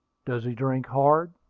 does he drink hard?